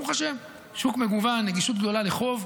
ברוך השם, שוק מגוון, נגישות גדולה לחוב.